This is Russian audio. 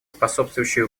способствующие